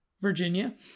virginia